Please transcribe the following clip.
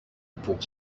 pour